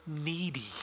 needy